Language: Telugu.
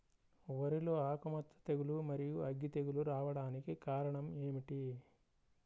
వరిలో ఆకుమచ్చ తెగులు, మరియు అగ్గి తెగులు రావడానికి కారణం ఏమిటి?